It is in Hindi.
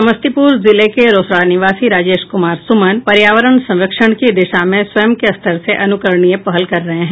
समस्तीपुर जिले के रोसड़ा निवासी राजेश कुमार सुमन पर्यावरण संरक्षण की दिशा में स्वयं के स्तर से अनुकरणीय पहल कर रहे हैं